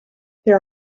there